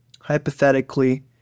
hypothetically